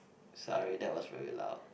sorry that was very loud